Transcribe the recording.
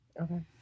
Okay